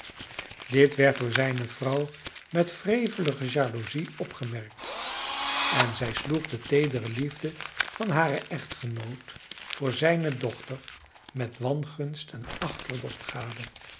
dit werd door zijne vrouw met wrevelige jaloezie opgemerkt en zij sloeg de teedere liefde van hare echtgenoot voor zijne dochter met wangunst en achterdocht gade